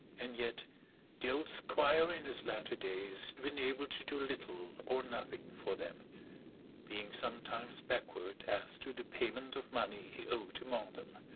and yet the old squire in his latter days had been able to do little or nothing for them being sometimes backward as to the payment of money he owed among them.